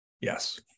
Yes